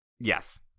yes